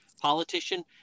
politician